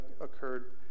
occurred